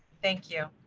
thank you,